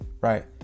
right